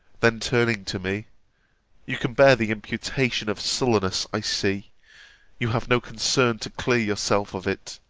then turning to me you can bear the imputation of sullenness i see you have no concern to clear yourself of it.